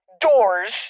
doors